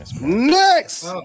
next